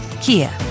Kia